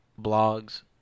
blogs